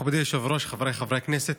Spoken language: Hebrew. מכובדי היושב-ראש, חבריי חברי הכנסת,